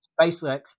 SpaceX